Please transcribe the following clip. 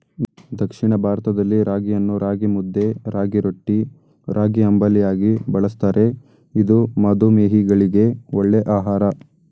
ದಕ್ಷಿಣ ಭಾರತದಲ್ಲಿ ರಾಗಿಯನ್ನು ರಾಗಿಮುದ್ದೆ, ರಾಗಿರೊಟ್ಟಿ, ರಾಗಿಅಂಬಲಿಯಾಗಿ ಬಳ್ಸತ್ತರೆ ಇದು ಮಧುಮೇಹಿಗಳಿಗೆ ಒಳ್ಳೆ ಆಹಾರ